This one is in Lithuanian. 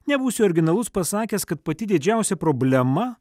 nebūsiu originalus pasakęs kad pati didžiausia problema